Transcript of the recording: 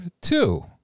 two